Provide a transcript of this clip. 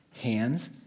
hands